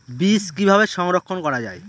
বীজ কিভাবে সংরক্ষণ করা যায়?